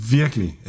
virkelig